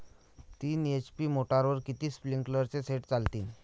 तीन एच.पी मोटरवर किती स्प्रिंकलरचे सेट चालतीन?